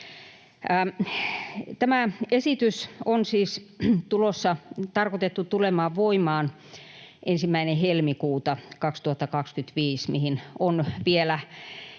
Tämä esitys on siis tarkoitettu tulemaan voimaan 1. helmikuuta 2025, mihin on vielä